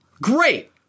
Great